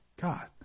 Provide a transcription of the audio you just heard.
God